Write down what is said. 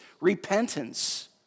repentance